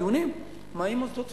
בדיונים: מה עם מוסדות ציבור?